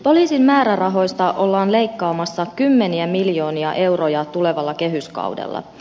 poliisin määrärahoista ollaan leikkaamassa kymmeniä miljoonia euroja tulevalla kehyskaudella